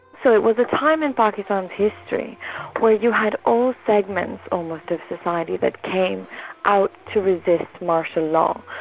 so it was a time in pakistan's history where you had all segments um of the society that came out to resist martial law,